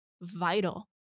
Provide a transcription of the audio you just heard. vital